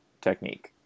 technique